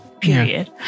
Period